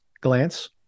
glance